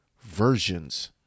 versions